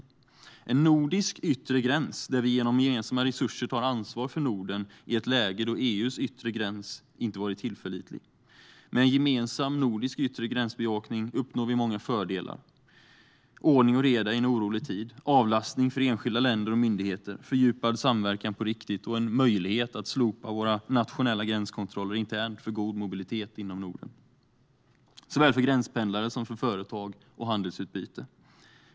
Det är en nordisk yttre gräns där vi genom gemensamma resurser tar ansvar för Norden i ett läge då EU:s yttre gräns inte varit tillförlitlig. Med en gemensam nordisk yttre gränskontroll uppnår vi många fördelar: ordning och reda i en orolig tid, avlastning för enskilda länder och myndigheter, fördjupad samverkan på riktigt och en möjlighet att slopa våra nationella gränskontroller internt för god mobilitet inom Norden, såväl för gränspendlare som för företag och handelsutbyte.